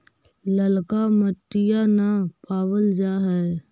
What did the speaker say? ललका मिटीया न पाबल जा है?